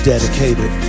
dedicated